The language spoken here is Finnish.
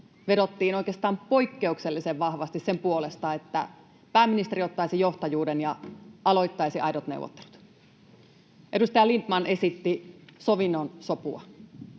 vedottiin oikeastaan poikkeuksellisen vahvasti sen puolesta, että pääministeri ottaisi johtajuuden ja aloittaisi aidot neuvottelut. Edustaja Lindtman esitti sovinnon sopua,